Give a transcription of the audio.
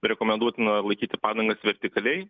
rekomenduotina laikyti padangas vertikaliai